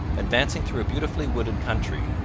advancing through a beautifully wooded country,